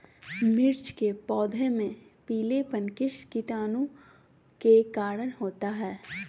मिर्च के पौधे में पिलेपन किस कीटाणु के कारण होता है?